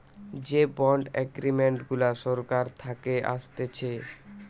যে bond agreement গুলা সরকার থাকে আসতেছে